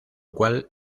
cual